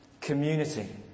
Community